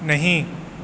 نہیں